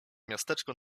miasteczko